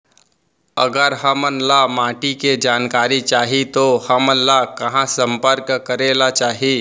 अगर हमन ला माटी के जानकारी चाही तो हमन ला कहाँ संपर्क करे ला चाही?